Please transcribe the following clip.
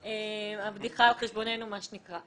הבדיחה על חשבוננו, מה שנקרא.